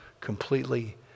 completely